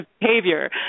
behavior